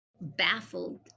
baffled